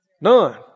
None